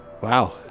Wow